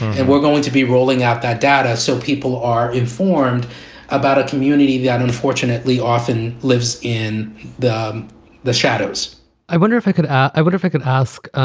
and we're going to be rolling out that data. so people are informed about a community that unfortunately often lives in the the shadows i wonder if i could i would if i could ask.